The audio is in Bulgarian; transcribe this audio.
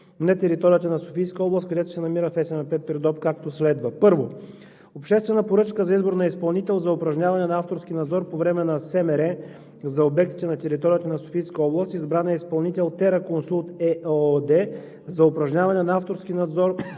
на територията на Софийска област, където се намира ФСМП – Пирдоп, както следва: – първо, обществена поръчка за избор на изпълнител за упражняване на авторски надзор по време на строително-монтажните работи за обектите на територията на Софийска област. Избран е изпълнител „Тераконсулт“ ЕООД за упражняване на авторски надзор